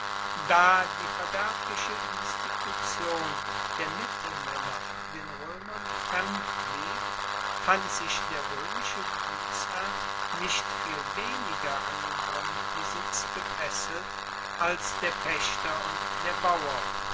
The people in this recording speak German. da die verderbliche institution der mittelmaenner den roemern fremd blieb fand sich der roemische gutsherr nicht viel weniger an den grundbesitz gefesselt als der paechter und der bauer